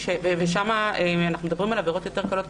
ושם אנחנו מדברים על עבירות יותר קלות,